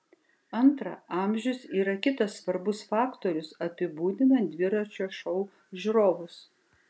antra amžius yra kitas svarbus faktorius apibūdinant dviračio šou žiūrovus